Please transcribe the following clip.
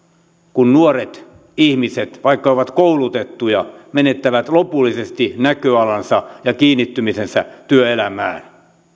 kun nuoret ihmiset vaikka ovat koulutettuja menettävät lopullisesti näköalansa ja kiinnittymisensä työelämään